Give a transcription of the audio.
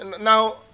Now